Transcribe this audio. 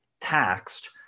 taxed